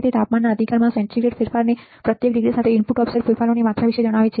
તે તાપમાનના અધિકારમાં સેન્ટીગ્રેડ ફેરફારની પ્રત્યેક ડિગ્રી સાથે ઇનપુટ ઓફસેટ ફેરફારોની માત્રા વિશે જણાવે છે